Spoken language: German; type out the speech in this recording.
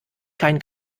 keinen